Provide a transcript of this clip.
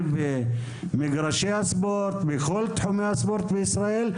במגרשי הספורט ובכל תחומי הספורט בישראל.